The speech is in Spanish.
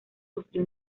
sufrió